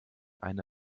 eine